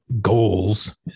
goals